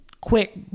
quick